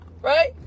Right